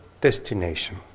destination